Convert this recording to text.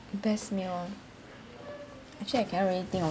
best meal actually I cannot really think of